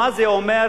מה זה אומר,